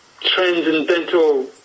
transcendental